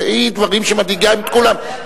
היא, דברים שמדאיגים את כולם.